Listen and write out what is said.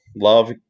love